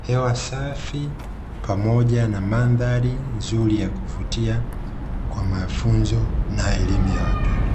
hewa safi pamoja na mandhari nzuri ya kuvutia kwa mafunzo na elimu ya watoto.